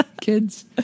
kids